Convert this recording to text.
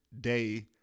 day